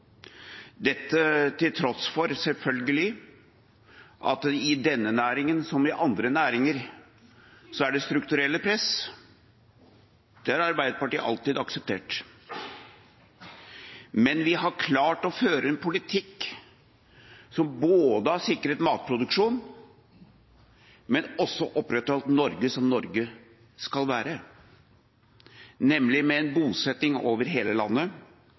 dette landet, som har vanskelige geografiske forhold, klart å produsere god og trygg mat til den norske befolkninga gjennom tiår – til tross for at det i denne næringa, som i andre næringer, er strukturelle press. Det har Arbeiderpartiet alltid akseptert. Men vi har klart å føre en politikk som har både sikret matproduksjon og opprettholdt Norge slik Norge skal være,